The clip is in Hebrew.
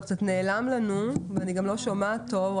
אתה נעלמת לנו מהמסך ואני גם לא שומעת טוב.